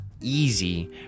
easy